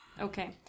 Okay